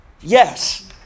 Yes